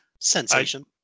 sensation